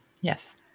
yes